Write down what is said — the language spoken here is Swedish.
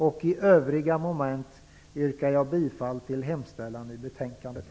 Vad gäller övriga moment yrkar jag bifall till hemställan i betänkandet.